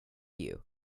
you